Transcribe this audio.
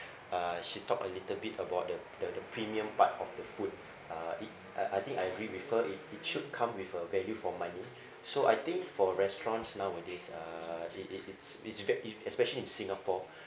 uh she talked a little bit about the the the premium part of the food uh it I I think I agree with her in it should come with a value for money so I think for restaurants nowadays uh it it it's it's ve~ especially in singapore